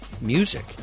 music